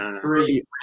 three